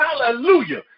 hallelujah